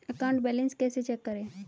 Account balance कैसे check करें?